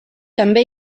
també